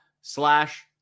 slash